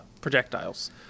projectiles